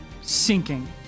sinking